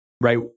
right